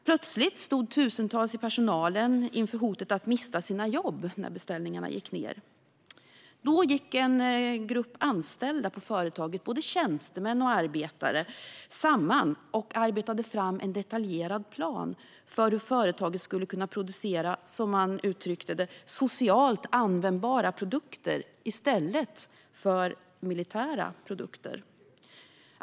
Plötsligt stod tusentals i personalen inför hotet att mista sina jobb när beställningarna gick ned. Då gick en grupp anställda på företaget, både tjänstemän och arbetare, samman och arbetade fram en detaljerad plan för hur företaget skulle kunna producera - som man uttryckte det - socialt användbara produkter i stället för militära produkter.